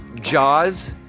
Jaws